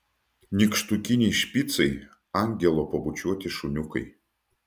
nykštukiniai špicai angelo pabučiuoti šuniukai